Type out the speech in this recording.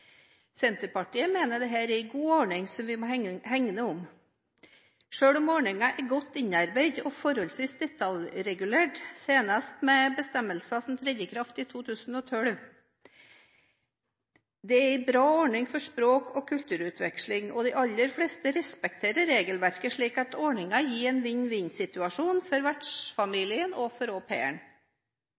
Senterpartiet mener dette er en god ordning som vi må hegne om. Selve ordningen er godt innarbeidet og forholdsvis detaljregulert, senest med bestemmelser som trådte i kraft i 2012. Det er en bra ordning for språk- og kulturutveksling, og de aller fleste respekterer regelverket slik at ordningen gir en vinn-vinn-situasjon for vertsfamilien og for